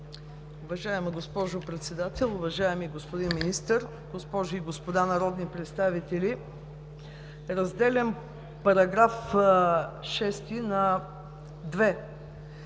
Уважаема госпожо Председател, уважаеми господин Министър, госпожи и господа народни представители! Разделям § 6 на